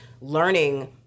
Learning